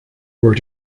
were